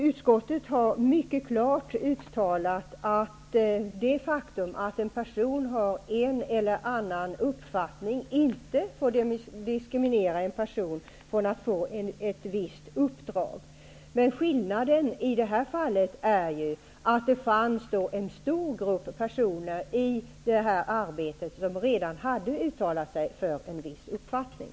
Utskottet har mycket klart uttalat att det faktum att en person har en eller annan uppfattning inte får diskriminera denne när det gäller att få ett visst uppdrag. Men vad som tillkommer i det här fallet är ju att det fanns en stor grupp av personer i detta arbete som redan hade uttalat sig för en viss uppfattning.